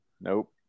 Nope